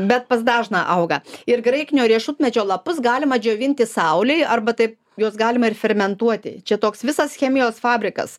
bet pas dažną auga ir graikinio riešutmedžio lapus galima džiovinti saulėj arba taip juos galima ir fermentuoti čia toks visas chemijos fabrikas